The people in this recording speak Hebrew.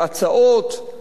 להצעות,